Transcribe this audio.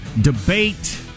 debate